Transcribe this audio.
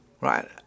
right